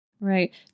Right